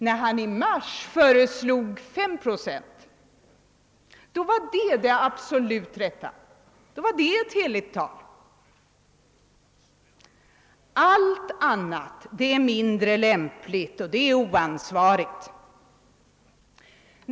När han i mars föreslog 5 procent då var det absolut rätt, då var det ett heligt tal. Allt annat är mindre lämpligt, oansvarigt.